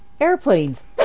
airplanes